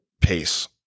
pace